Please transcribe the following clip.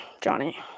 Johnny